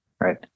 right